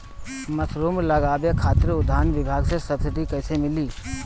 Mushroom लगावे खातिर उद्यान विभाग से सब्सिडी कैसे मिली?